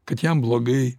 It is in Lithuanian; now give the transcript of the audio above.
kad jam blogai